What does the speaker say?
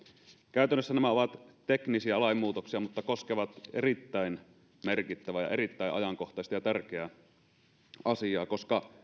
käytännössä nämä ovat teknisiä lainmuutoksia mutta koskevat erittäin merkittävää ja erittäin ajankohtaista ja tärkeää asiaa koska